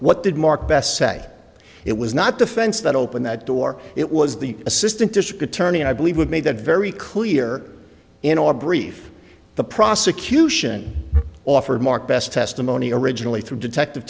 what did mark best say it was not defense that opened that door it was the assistant district attorney i believe would make that very clear in our brief the prosecution offered mark best testimony originally through detective